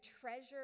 treasure